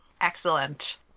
Excellent